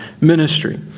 ministry